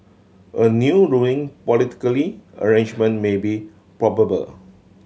a new ruling politically arrangement may be probable